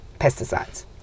pesticides